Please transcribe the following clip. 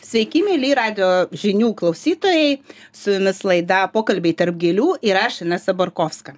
sveiki mieli radijo žinių klausytojai su jumis laida pokalbiai tarp gėlių ir aš ina sabarkovska